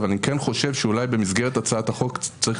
אבל אני כן חושב שאולי במסגרת הצעת החוק צריך